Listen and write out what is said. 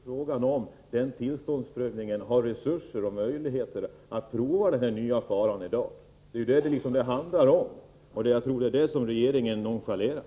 Herr talman! Frågan är om denna tillståndsprövning medger resurser och möjligheter att pröva hur stor denna fara är i dag. Det är ju detta det handlar om, och jag tror att det är detta som regeringen nonchalerar.